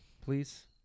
please